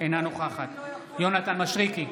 אינה נוכחת יונתן מישרקי,